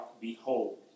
behold